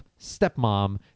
stepmom